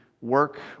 work